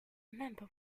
remember